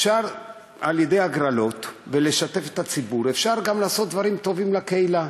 אפשר על-ידי הגרלות ושיתוף הציבור לעשות גם דברים טובים לקהילה,